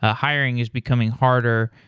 ah hiring is becoming harder.